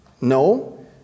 no